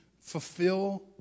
fulfill